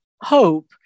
hope